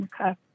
Okay